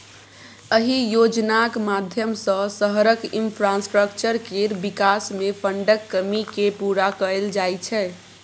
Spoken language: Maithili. अहि योजनाक माध्यमसँ शहरक इंफ्रास्ट्रक्चर केर बिकास मे फंडक कमी केँ पुरा कएल जाइ छै